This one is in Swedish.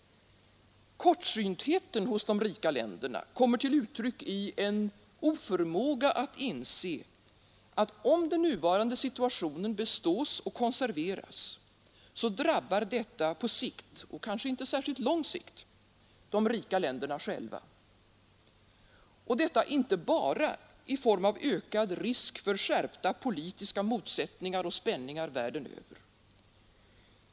Kortsyntheten hos de rika länderna kommer till uttryck i en oförmåga att inse att om den nuvarande situationen består och konserveras, drabbar detta på sikt — och kanske inte särskilt lång sikt — de rika länderna själva, och detta inte bara i form av ökad risk för skärpta politiska motsättningar och spänningar världen över.